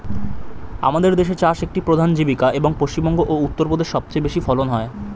আমাদের দেশে চাষ একটি প্রধান জীবিকা, এবং পশ্চিমবঙ্গ ও উত্তরপ্রদেশে সবচেয়ে বেশি ফলন হয়